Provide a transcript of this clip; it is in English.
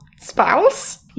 spouse